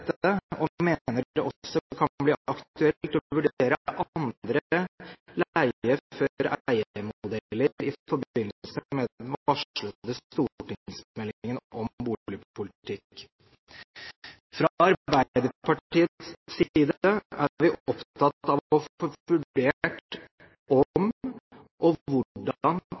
og mener at det også kan bli aktuelt å vurdere andre leie-før-eie-modeller i forbindelse med den varslede stortingsmeldingen om boligpolitikk. Fra Arbeiderpartiets side er vi opptatt av å få vurdert om og hvordan